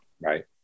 right